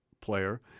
player